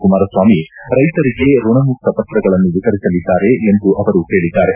ಕುಮಾರಸ್ವಾಮಿ ರೈತರಿಗೆ ಋಣಮುಕ್ತ ಪತ್ರಗಳನ್ನು ವಿತರಿಸಲಿದ್ದಾರೆ ಎಂದು ಅವರು ಹೇಳಿದ್ದಾರೆ